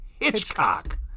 Hitchcock